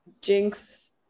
Jinx